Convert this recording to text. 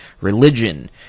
religion